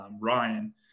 Ryan